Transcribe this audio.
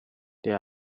there